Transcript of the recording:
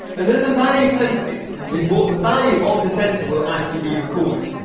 and then the value template is what the value of the sensor will actually be recalling.